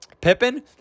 Pippin